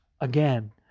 Again